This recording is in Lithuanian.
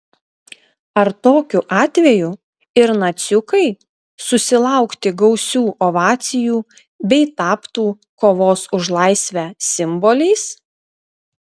ar tokiu atveju ir naciukai susilaukti gausių ovacijų bei taptų kovos už laisvę simboliais